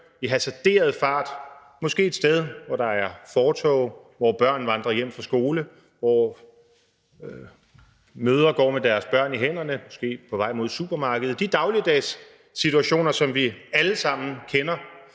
hasarderet i høj fart – måske et sted, hvor der er fortove, og hvor børn vandrer hjem fra skole, hvor mødre går med deres barn i hånden måske på vej mod supermarkedet, de dagligdags situationer, som vi alle sammen kender